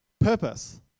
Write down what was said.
purpose